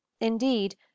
indeed